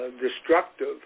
destructive